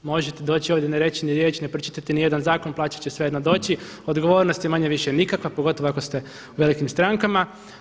Možete doći ovdje ne reći ni riječ, ne pročitati ni jedan zakon plaća će svejedno doći, odgovornost je manje-više nikakva pogotovo ako ste u velikim strankama.